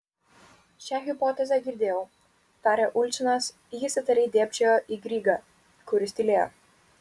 šią hipotezę girdėjau tarė ulčinas jis įtariai dėbčiojo į grygą kuris tylėjo